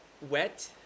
wet